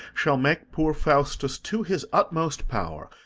shall make poor faustus, to his utmost power,